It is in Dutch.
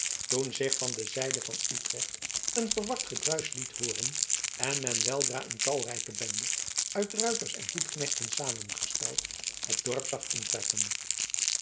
toen zich van de zijde van utrecht een verward gedruisch liet hooren en men weldra een talrijke bende uit ruiters en voetknechten samengesteld het dorp zag intrekken